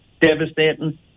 devastating